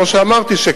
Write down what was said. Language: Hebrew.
כמו שאמרתי,